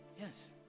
Yes